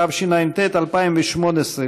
התשע"ט 2018,